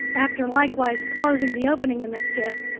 after likewise closing the opening in the skiff,